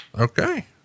Okay